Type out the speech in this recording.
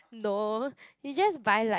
no you just buy like